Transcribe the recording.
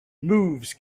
moves